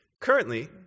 Currently